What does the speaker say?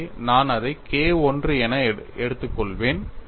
எனவே நான் அதை K I என எடுத்துக்கொள்வேன்